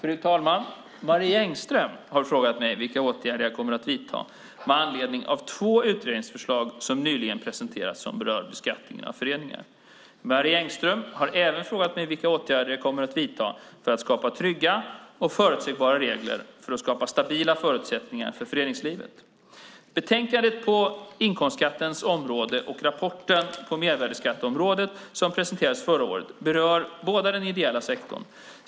Fru talman! Marie Engström har frågat mig vilka åtgärder jag kommer att vidta med anledning av två utredningsförslag som nyligen presenterats som berör beskattning av föreningar. Marie Engström har även frågat mig vilka åtgärder jag kommer att vidta för att skapa trygga och förutsägbara regler för att skapa stabila förutsättningar för föreningslivet. Betänkandet på inkomstskattens område och rapporten på mervärdesskatteområdet som presenterades förra året berör båda den ideella sektorn.